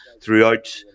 throughout